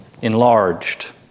enlarged